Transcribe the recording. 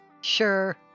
Sure